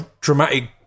dramatic